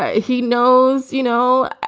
ah he knows. you know?